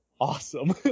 awesome